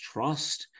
Trust